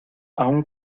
aun